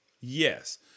Yes